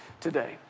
today